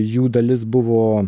jų dalis buvo